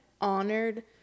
honored